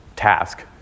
task